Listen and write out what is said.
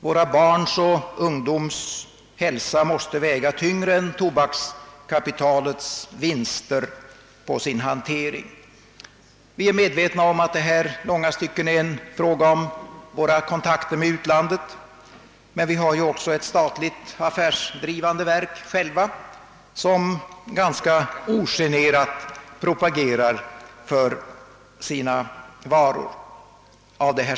Våra barns och våra ungdomars hälsa måste väga tyngre än tobakskapitalets vinster på sin hantering. Vi är medvetna om att detta i långa stycken är en fråga om våra kontakter med utlandet, men vi har ju också själva ett statligt affärsdrivande verk inom tobaksbranschen, som ganska ogenerat propagerar för sina varor.